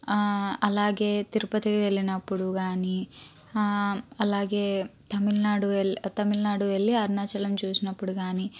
అలాగే తిరుపతి వెళ్ళినప్పుడు కానీ అలాగే తమిళనాడు వెళ్లి తమిళనాడు వెళ్లి అరుణాచలం చూసినప్పుడు కానీ